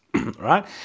right